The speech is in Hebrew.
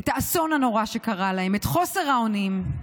את האסון הנורא שקרה להם, את חוסר האונים.